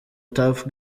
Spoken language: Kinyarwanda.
tuff